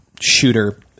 shooter